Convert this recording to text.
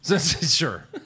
Sure